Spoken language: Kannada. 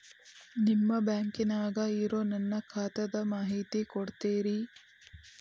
ನಿಮ್ಮ ಬ್ಯಾಂಕನ್ಯಾಗ ಇರೊ ನನ್ನ ಖಾತಾದ ಮಾಹಿತಿ ಕೊಡ್ತೇರಿ?